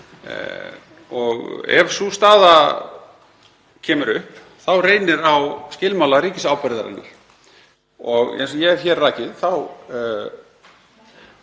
ef sú staða kemur upp þá reynir á skilmála ríkisábyrgðarinnar. Eins og ég hef hér rakið þá